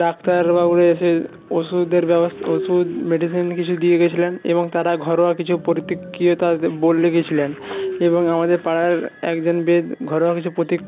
ডাক্তারবাবুরা এসে ওষুধের ওষুধ মেডিসিন কিছু দিয়ে গেছিলেন ছিলেন এবং তারা ঘরোয়া কিছু প্রতিক্রিয়তা বলে গিয়েছিলেন এবং আমাদের পাড়ার একজন বিদ ঘরোয়া কিছু প্রতি